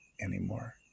anymore